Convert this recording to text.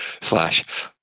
slash